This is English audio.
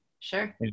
Sure